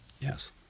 Yes